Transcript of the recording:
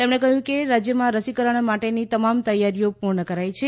તેમણે કહ્યું કે રાજ્યમાં રસીકરણ માટેની તમામ તૈયારીઓ પૂર્ણ કરાઇ છે